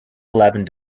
eleven